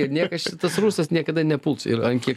ir niekas čia tas rusas niekada nepuls ir ant kiek